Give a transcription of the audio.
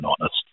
honest